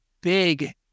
big